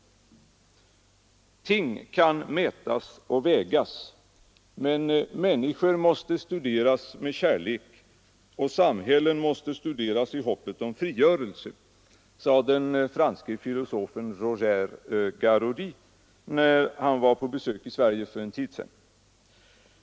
”Ting kan mätas och vägas, men människor måste studeras med kärlek och samhällen måste studeras i hoppet om frigörelse”, sade den franske filosofen Roger Garaudy när han var på besök i Sverige för en tid sedan.